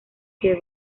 que